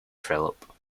philip